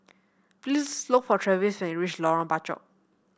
please look for Travis when you reach Lorong Bachok